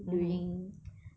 mmhmm